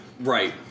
Right